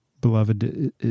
Beloved